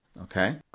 okay